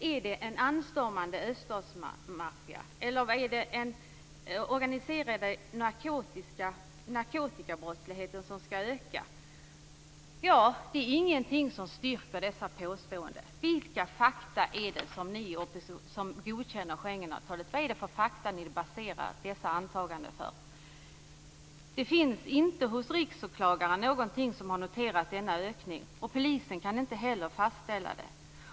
Är det en anstormande öststatsmaffia? Eller är det den organiserade narkotikabrottsligheten som skall öka? Det finns inget som styrker dessa påståenden. Vilka fakta är det som ni som godkänner Schengenavtalet baserar dessa antaganden på? Hos Riksåklagaren finns ingenting noterat om denna ökning. Och polisen kan inte heller fastställa den.